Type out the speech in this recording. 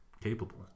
capable